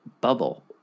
bubble